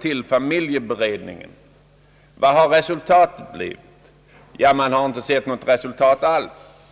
till familjebered ningen. Vad har resultatet blivit? Man har inte sett något resultat alls!